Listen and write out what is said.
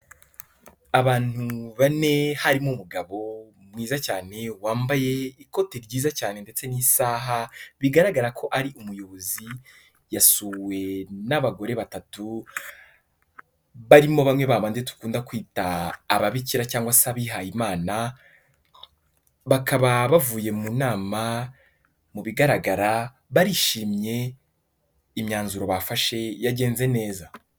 Abantu bane, harimo umugabo mwiza cyane wambaye ikoti ryiza cyane ndetse n'isaha, bigaragara ko ari umuyobozi yasuwe, n'abagore batatu barimo bamwe babandi bakunda kwita ababikira cyangwa se abihayimana bakaba bavuye mu nama mu bigaragara barishimye imyanzuro bafashe yagenze neza.